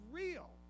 real